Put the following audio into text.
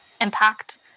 impact